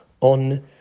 on